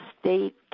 state